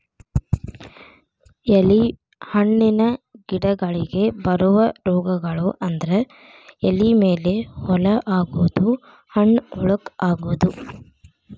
ಹಣ್ಣಿನ ಗಿಡಗಳಿಗೆ ಬರು ರೋಗಗಳು ಅಂದ್ರ ಎಲಿ ಮೇಲೆ ಹೋಲ ಆಗುದು, ಹಣ್ಣ ಹುಳಕ ಅಗುದು